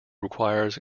requires